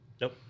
nope